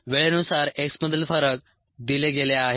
वेळेनुसार X मधील फरक दिले गेले आहेत